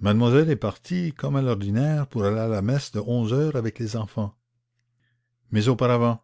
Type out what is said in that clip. mademoiselle est partie comme à l'ordinaire pour aller à la messe de onze heures avec les enfants mais auparavant